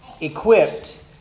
equipped